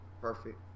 Perfect